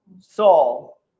Saul